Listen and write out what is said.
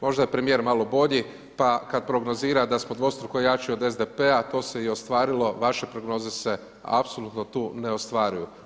Možda je premijer malo bolji pa kad prognozira da smo dvostruko jači od SDP-a, to se i ostvarilo, vaše prognoze apsolutno tu ne ostvaruju.